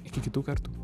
iki kitų kartų